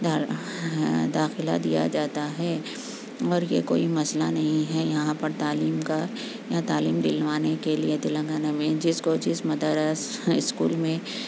دا داخلہ دیا جاتا ہے اور یہ کوئی مسئلہ نہیں ہے یہاں پر تعلیم کا یا تعلیم دلوانے کے لیے تلنگانہ میں جس کوچز مدارس اسکول میں